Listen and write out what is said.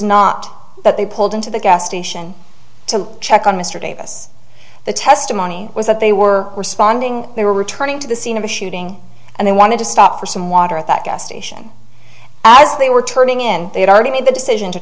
not that they pulled into the gas station to check on mr davis the testimony was that they were responding they were returning to the scene of the shooting and they wanted to stop for some water at that gas station as they were turning in they had already made the decision to